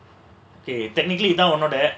they technically you now not that